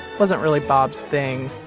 wasn't really bob's thing.